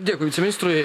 dėkui viceministrui